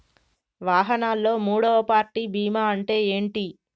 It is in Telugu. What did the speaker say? వాహనాల్లో మూడవ పార్టీ బీమా అంటే ఏంటి?